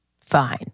fine